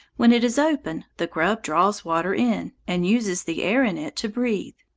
when it is open the grub draws water in, and uses the air in it to breathe.